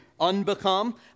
unbecome